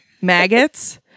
maggots